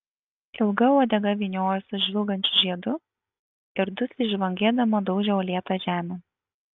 ilga uodega vyniojosi žvilgančiu žiedu ir dusliai žvangėdama daužė uolėtą žemę